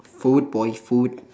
food boy food